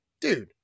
Dude